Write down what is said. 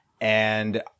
And-